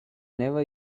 never